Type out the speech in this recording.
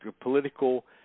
political